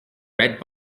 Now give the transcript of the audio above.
red